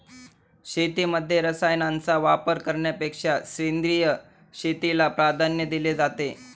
शेतीमध्ये रसायनांचा वापर करण्यापेक्षा सेंद्रिय शेतीला प्राधान्य दिले जाते